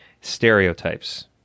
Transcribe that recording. stereotypes